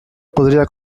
podria